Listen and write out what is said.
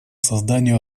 созданию